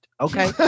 Okay